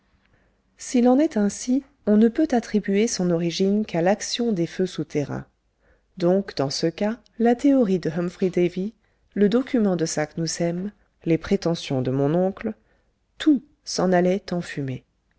s'il en est ainsi on ne peut attribuer son origine qu'à l'action des feux souterrains donc dans ce cas la théorie de humphry davy le document de saknussemm les prétentions de mon oncle tout s'en allait